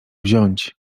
wziąć